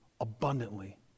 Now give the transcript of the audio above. abundantly